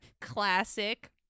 classic